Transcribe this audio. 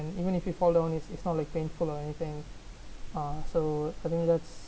and even if you fall down it's it's not like painful or anything uh so I think that's